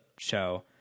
show